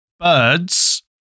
birds